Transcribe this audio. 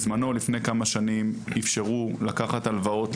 לפני כמה שנים אפשרו לקחת הלוואות,